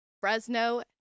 Fresno